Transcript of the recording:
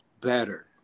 better